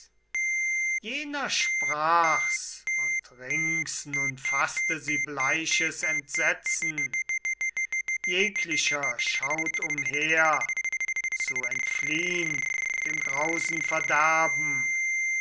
jener sprach's und rings nun faßte sie bleiches entsetzen jeglicher schaut umher zu entfliehn dem grausen verderben